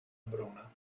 bruna